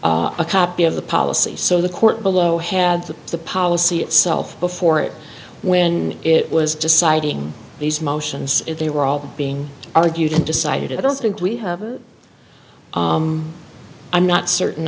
a copy of the policy so the court below had the policy itself before it when it was deciding these motions they were all being argued and decided i don't think we have i'm not certain